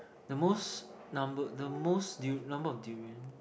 the most number the most du~ number of durian